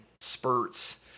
spurts